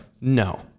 no